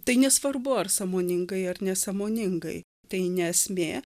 tai nesvarbu ar sąmoningai ar nesąmoningai tai ne esmė